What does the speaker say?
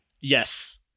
Yes